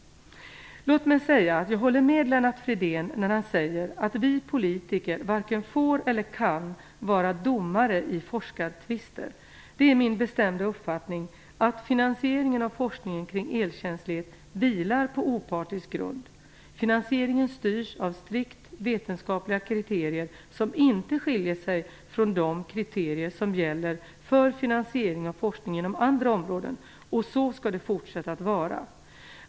Låt mig säga att jag håller med Lennart Fridén när han säger att vi politiker varken får eller kan vara domare i forskartvister. Det är min bestämda uppfattning att finansieringen av forskningen kring elkänslighet vilar på opartisk grund. Finansieringen styrs av strikt vetenskapliga kriterier som inte skiljer sig från de kriterier som gäller för finansiering av forskning inom andra områden, och så skall det fortsätta att vara.